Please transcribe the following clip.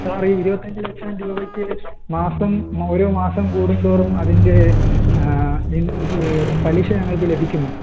sir ഈ ഇരുപത്തഞ്ച് ലക്ഷം രൂപയ്ക്ക് മാസം ഓരോ മാസം കൂടും തോറും അതിൻ്റെ ഇത് പലിശ ഞങ്ങൾക്ക് ലഭിക്കുമോ